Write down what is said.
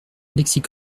alexis